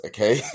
Okay